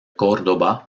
córdoba